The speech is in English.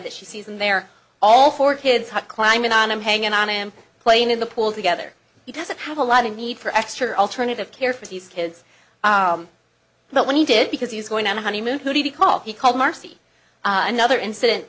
that she sees and they're all four kids had climbing on him hanging on him playing in the pool together he doesn't have a lot of need for extra alternative care for these kids but when he did because he was going on a honeymoon who did he call he called marcy another incident